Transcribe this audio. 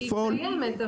היא קיימת,